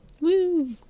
Woo